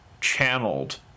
channeled